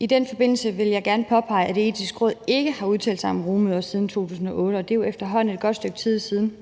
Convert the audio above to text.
I den forbindelse vil jeg gerne påpege, at Etisk Råd ikke har udtalt sig om rugemødre siden 2008, og det er jo efterhånden et godt stykke tid siden.